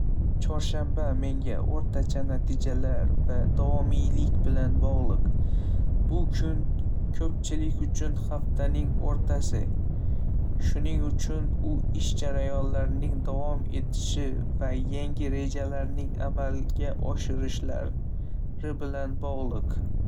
Chorshanba menga o'rtacha natijalar va davomiylik bilan bog'liq. Bu kun ko'pchilik uchun haftaning o'rtasi, shuning uchun u ish jarayonining davom etishi va yangi rejalarning amalga oshirilishi bilan bog'liq.